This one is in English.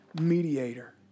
mediator